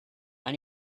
and